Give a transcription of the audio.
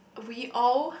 we all